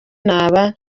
naba